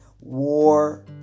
war